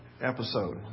episode